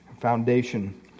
foundation